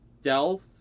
stealth